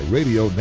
Radio